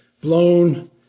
blown